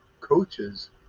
coaches